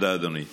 תודה, אדוני.